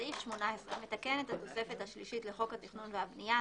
בסעיף 18 המתקן את התוספת השלישית לחוק התכנון והבנייה,